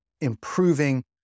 improving